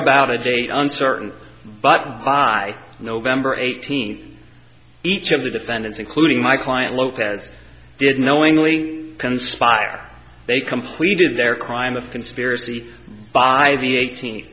about a date uncertain but by november eighteenth each of the defendants including my client lopez did knowingly conspire they completed their crime of conspiracy by the eighteen